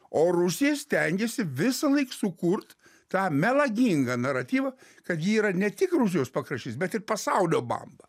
o rusija stengėsi visąlaik sukurti tą melagingą naratyvą kad ji yra ne tik rusijos pakraštys bet ir pasaulio bamba